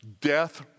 death